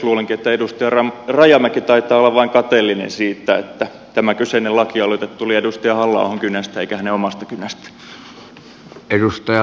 luulenkin että edustaja rajamäki taitaa olla vain kateellinen siitä että tämä kyseinen lakialoite tuli edustaja halla ahon kynästä eikä hänen omasta kynästään